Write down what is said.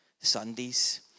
Sundays